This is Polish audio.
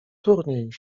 turniej